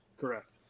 Correct